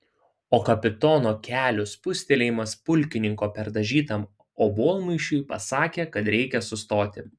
o kapitono kelių spustelėjimas pulkininko perdažytam obuolmušiui pasakė kad reikia sustoti